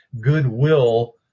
goodwill